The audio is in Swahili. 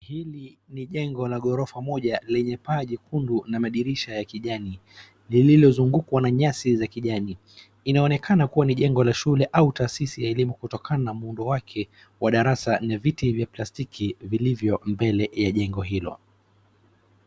Hili jengo la gorofa moja lenye paa jekundu na madirisha ya kijani lililozungukwa na nyasi za kijani, inaonekana kuwa ni jengo la shule au taasisi ya elimu kutokana na muundo wake wa darasa na viti vya plastiki vilivyo mbele ya jengo hilo.